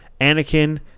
Anakin